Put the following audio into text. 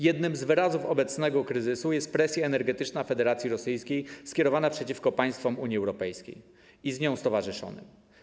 Jednym z wyrazów obecnego kryzysu jest presja energetyczna Federacji Rosyjskiej skierowana przeciw państwom Unii Europejskiej i z nią stowarzyszonym.